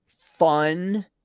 fun